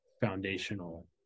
foundational